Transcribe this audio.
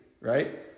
right